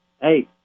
hey